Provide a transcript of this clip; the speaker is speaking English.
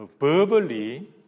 Verbally